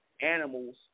Animals